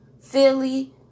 Philly